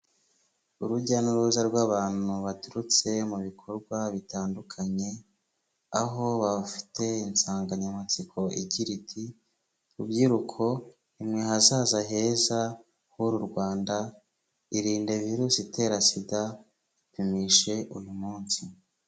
Urujya n'uruza rw'abantu baturutse mu bikorwa bitandukanye, aho bafite insanganyamatsiko igira iti: ''Rubyiruko ni mwe hazaza heza h'uru Rwanda, iririnde virusi itera SIDA, ipimishe uyu munsi''.